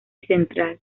central